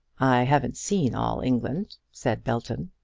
i haven't seen all england, said belton.